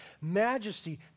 majesty